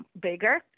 bigger